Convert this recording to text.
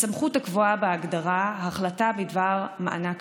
הסמכות הקבועה בהגדרה "החלטה בדבר מענק